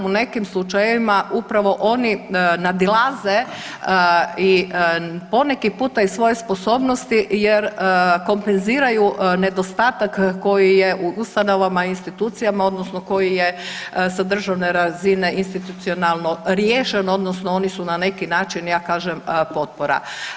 U nekim slučajevima upravo oni nadilaze i poneki puta i svoje sposobnosti jer kompenziraju nedostatak koji je u ustanovama i institucijama odnosno koji je sa državne razine institucionalno riješen odnosno oni su na neki način ja kažem potpora.